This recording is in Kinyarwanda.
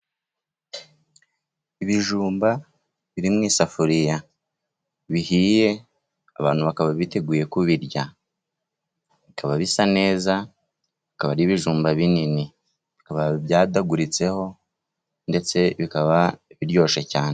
Ibijumba biri mu isafuriya bihiye, abantu bakaba biteguye kubirya. Bikaba bisa neza, bikaba ari ibijumba binini. Bikaba byadaguritseho, ndetse bikaba biryoshye cyane.